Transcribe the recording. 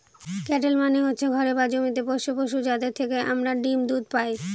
cattle মানে হচ্ছে ঘরে বা জমিতে পোষ্য পশু, যাদের থেকে আমরা ডিম দুধ পায়